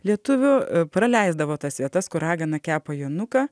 lietuvių praleisdavo tas vietas kur ragana kepa jonuką